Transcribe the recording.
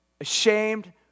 ashamed